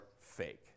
fake